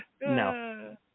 no